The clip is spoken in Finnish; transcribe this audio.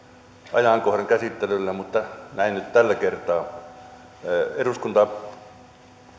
ajankohdan käsittelylle mutta näin nyt tällä kertaa eduskunta